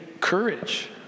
courage